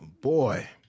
boy